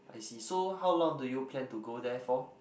I see so how long do you plan to go there for